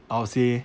I would say